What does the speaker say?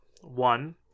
One